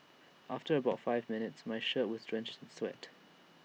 after about five minutes my shirt was drenched sweat